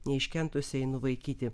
neiškentusi einu vaikyti